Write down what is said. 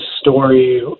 story